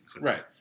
Right